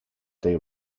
they